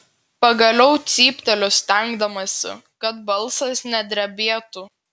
pagaliau cypteliu stengdamasi kad balsas nedrebėtų